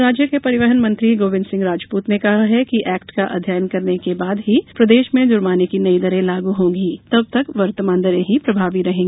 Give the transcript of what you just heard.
उधर राज्य के परिवहन मंत्री गोविंद सिंह राजपुत ने कहा कि एक्ट का अध्ययन करने के बाद ही प्रदेश में जुर्माने की नई दरें लागू होंगी तबतक वर्तमान दरें ही प्रभावी रहेंगी